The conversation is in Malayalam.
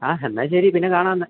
ആ എന്നാ ശെരി പിന്നെ കാണാവെന്നാ